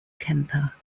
kemper